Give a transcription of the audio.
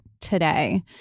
today